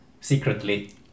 secretly